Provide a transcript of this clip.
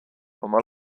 oma